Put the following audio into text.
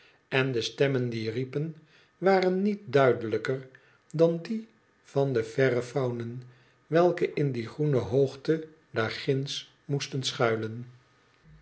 en de stemmen die riepen waren niet duidelijker dan die van de ver verre faunen welke in die groene hoogte daar ginds moesten schuilen